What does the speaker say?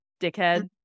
dickhead